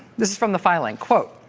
this is from the filing. quote,